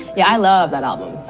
yeah. i love that album.